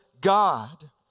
God